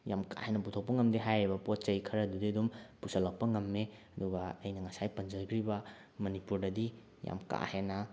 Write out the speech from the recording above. ꯌꯥꯝ ꯀꯥꯍꯦꯟꯅ ꯄꯨꯊꯣꯛꯄ ꯉꯝꯗꯦ ꯍꯥꯏꯔꯤꯕ ꯄꯣꯠ ꯆꯩ ꯈꯔꯗꯨꯗꯤ ꯑꯗꯨꯝ ꯄꯨꯁꯤꯜꯂꯛꯄ ꯉꯝꯃꯤ ꯑꯗꯨꯒ ꯑꯩꯅ ꯉꯁꯥꯏ ꯄꯟꯖꯈ꯭ꯔꯤꯕ ꯃꯅꯤꯄꯨꯔꯗꯗꯤ ꯌꯥꯝ ꯀꯥꯍꯦꯟꯅ